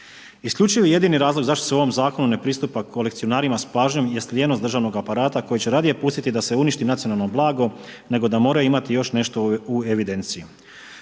Isključivi jedini razlog zašto se u ovom zakonu ne pristupa kolekcionarima s pažnjom jest lijenost državnog aparata koji će radije pustiti da se uništi nacionalno blago, nego da moraju imati još nešto u evidenciji.